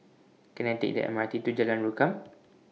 Can I Take The M R T to Jalan Rukam